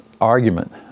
argument